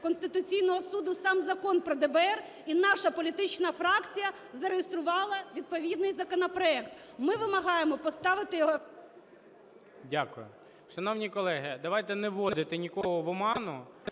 Конституційного Суду сам Закон про ДБР, і наша політична фракція зареєструвала відповідний законопроект. Ми вимагаємо поставити його… ГОЛОВУЮЧИЙ. Дякую. Шановні колеги, давайте не вводити нікого в оману.